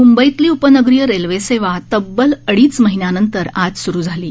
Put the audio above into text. मुंबईतली उपनगरीय रेल्वेसेवा तब्बल अडीच महिन्यांनंतर आज सुरू झाली आहे